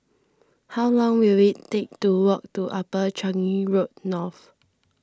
how long will it take to walk to Upper Changi Road North